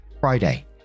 Friday